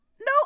No